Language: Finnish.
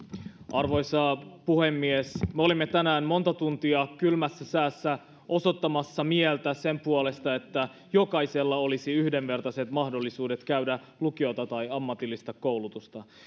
arvoisa puhemies me olimme tänään monta tuntia kylmässä säässä osoittamassa mieltä sen puolesta että jokaisella olisi yhdenvertaiset mahdollisuudet käydä lukiota tai ammatillista koulutusta